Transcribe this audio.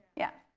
yeah.